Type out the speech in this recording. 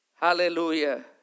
Hallelujah